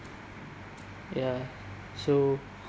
ya so